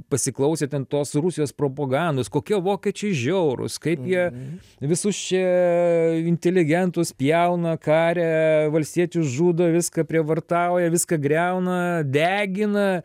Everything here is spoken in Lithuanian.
pasiklausė ten tos rusijos propagandos kokie vokiečiai žiaurūs kaip jie visus čia inteligentus pjauna karia valstiečius žudo viską prievartauja viską griauna degina